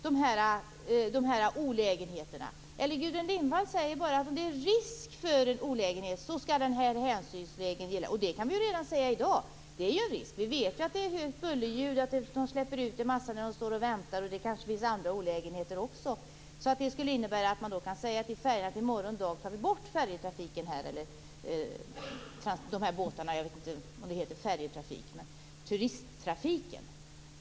Då skall olägenheterna mätas. Gudrun Lindvall säger bara att om det är risk för en olägenhet skall hänsynsreglerna gälla. Vi kan redan i dag säga att det är en risk. Vi vet ju att dessa färjor förorsakar buller och släpper ut luftföroreningar när de står och väntar. Det kanske även finns andra olägenheter. Det skulle innebära att man kan säga att man i morgon tar bort denna turisttrafik.